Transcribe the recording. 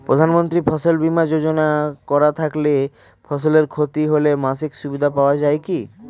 প্রধানমন্ত্রী ফসল বীমা যোজনা করা থাকলে ফসলের ক্ষতি হলে মাসিক সুবিধা পাওয়া য়ায় কি?